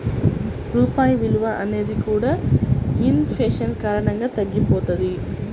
రూపాయి విలువ అనేది కూడా ఇన్ ఫేషన్ కారణంగా తగ్గిపోతది